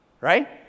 Right